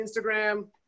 Instagram